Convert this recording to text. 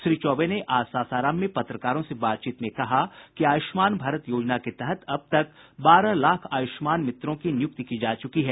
श्री चौबे ने आज सासाराम में पत्रकारों से बातचीत में कहा कि आयुष्मान भारत योजना के तहत अब तक बारह लाख आयुष्मान मित्रों की नियुक्ति की जा चुकी है